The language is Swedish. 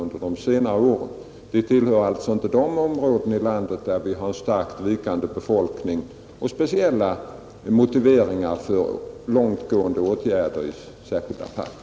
Arbogaregionen tillhör alltså inte de områden i landet som har ett starkt vikande befolkningsunderlag och där speciella motiveringar finns för långtgående åtgärder i särskilda fall.